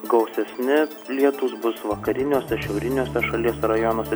gausesni lietūs bus vakariniuose šiauriniuose šalies rajonuose